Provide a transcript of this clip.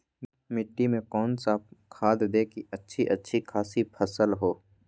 मिट्टी में कौन सा खाद दे की अच्छी अच्छी खासी फसल हो?